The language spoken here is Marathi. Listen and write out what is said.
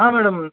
हां मॅडम